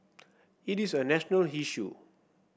it is a national issue